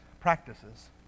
practices